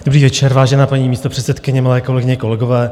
Dobrý večer, vážená paní místopředsedkyně, milé kolegyně, kolegové.